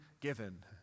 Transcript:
given